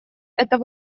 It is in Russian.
этот